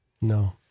No